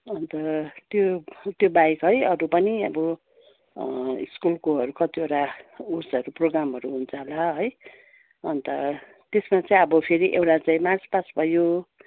अन्त त्यो त्यो बाहेक है अरू पनि अब स्कुलकोहरू कतिवटा उयसहरू प्रोग्रामहरू हुन्छ होला है अन्त त्यसमा चाहिँ अब फेरि एउटा चाहिँ मार्च पास्ट भयो